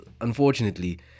unfortunately